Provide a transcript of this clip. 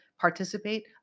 Participate